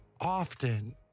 often